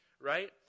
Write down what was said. right